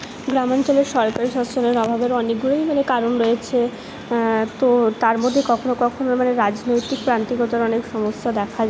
গ্রামাঞ্চলে সরকার অভাবের মানে অনেকগুলোই মানে কারণ রয়েছে তো তার মধ্যে কখনো কখনো মানে রাজনৈতিক ক্রান্তিকতার অনেক সমস্যা দেখা যায়